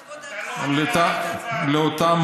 חקיקה לכבוד, אתה לא עונה על השאלה.